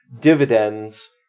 dividends